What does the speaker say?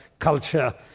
culture,